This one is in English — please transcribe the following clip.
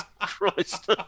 Christ